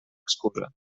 excusa